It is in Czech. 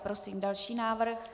Prosím další návrh.